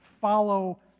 follow